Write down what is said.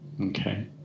Okay